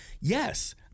Yes